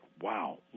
wow